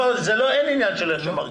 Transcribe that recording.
לא, אין עניין של איך אתה מרגיש.